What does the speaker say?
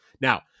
Now